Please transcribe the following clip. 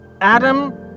Adam